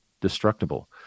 destructible